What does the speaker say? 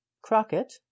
Crockett